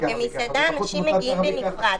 כי במסעדה אנשים מגיעים בנפרד.